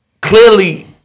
Clearly